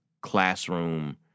classroom